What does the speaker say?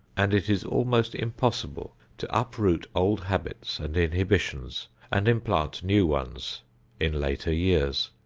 and it is almost impossible to up-root old habits and inhibitions and implant new ones in later years.